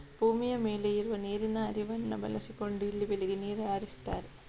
ಭೂಮಿಯ ಮೇಲೆ ಇರುವ ನೀರಿನ ಹರಿವನ್ನ ಬಳಸಿಕೊಂಡು ಇಲ್ಲಿ ಬೆಳೆಗೆ ನೀರು ಹರಿಸ್ತಾರೆ